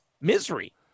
misery